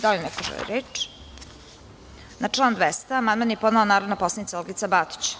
Da li neko želi reč? (Ne) Na član 200. amandman je podnelanarodna poslanicaOlgica Batić.